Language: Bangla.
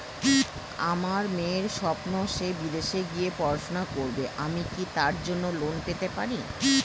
আমার মেয়ের স্বপ্ন সে বিদেশে গিয়ে পড়াশোনা করবে আমি কি তার জন্য লোন পেতে পারি?